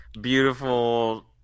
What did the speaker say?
beautiful